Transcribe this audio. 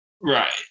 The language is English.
Right